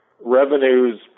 revenues